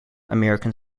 american